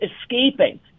escaping